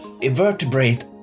invertebrate